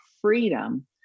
freedom